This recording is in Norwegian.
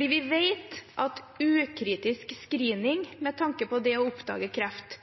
Vi vet at ukritisk screening med tanke på å oppdage kreft